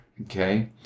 okay